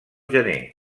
gener